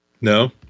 No